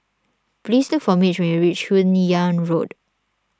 please look for Mitch when you reach Hun Yeang Road